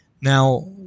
Now